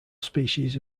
species